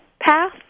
path